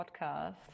podcast